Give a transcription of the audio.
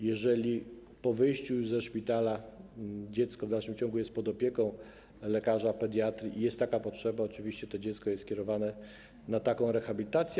Jeżeli po wyjściu ze szpitala dziecko w dalszym ciągu jest pod opieką lekarza pediatry i jest taka potrzeba, to oczywiście dziecko kierowane jest na rehabilitację.